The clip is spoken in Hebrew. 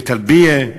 בטלביה,